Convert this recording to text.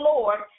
Lord